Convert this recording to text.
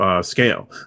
scale